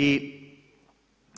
I